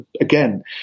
again